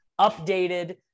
updated